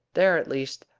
there, at least,